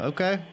Okay